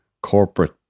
corporate